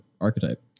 archetype